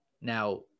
Now